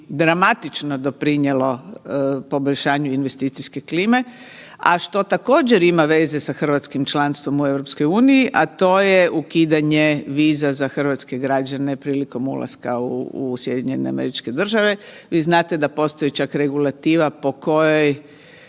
dramatično doprinijelo poboljšanju investicijske klime, a što također ima veze sa hrvatskim članstvom u EU, a to je ukidanje viza za hrvatske građane prilikom ulaska u SAD. Vi znate da postoji čak regulativa po kojoj,